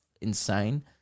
insane